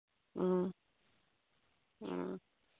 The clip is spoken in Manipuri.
ꯎꯝ ꯎꯝ